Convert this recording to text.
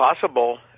possible